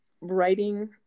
writing